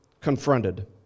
confronted